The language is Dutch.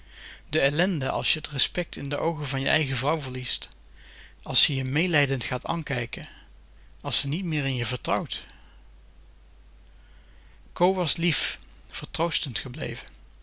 de ellende als je t respect in de oogen van je eigen vrouw verliest als ze je meelijdend gaat ankijken als ze niet meer in je vertrouwt co was lief vertroostend gebleven